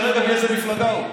זה בלי קשר כרגע מאיזו מפלגה הוא,